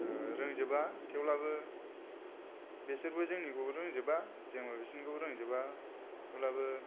रोंजोबा थेवब्लाबो बेसोरबो जोंनिखौबो रोंजोबा जोंबो बिसोरनिखौबो रोंजोबा अब्लाबो